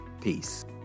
Peace